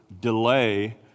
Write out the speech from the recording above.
delay